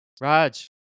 Raj